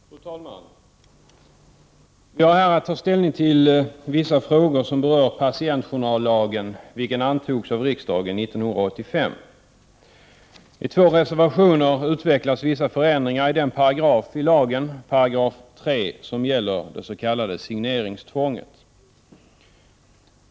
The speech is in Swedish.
Fru talman! Vi har här att ta ställning till vissa frågor som rör patientjournallagen, vilken antogs av riksdagen 1985. I två reservationer utvecklas vissa förändringar i den paragraf i patientjournallagen, 3 §, som gäller det s.k. signeringstvånget.